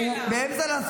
הוא באמצע להסביר את המכלול.